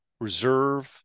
reserve